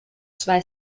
zwei